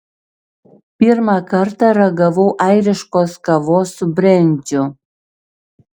pirmą kartą ragavau airiškos kavos su brendžiu